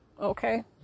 Okay